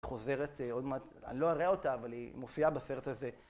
חוזרת עוד מעט, אני לא אראה אותה, אבל היא מופיעה בסרט הזה.